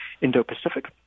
Indo-Pacific